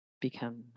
become